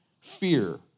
fear